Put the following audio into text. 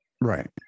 Right